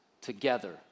together